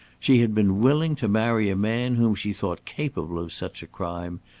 she had been willing to marry a man whom she thought capable of such a crime,